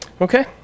okay